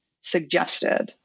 suggested